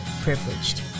privileged